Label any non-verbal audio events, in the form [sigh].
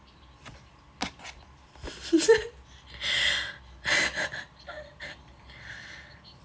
[laughs]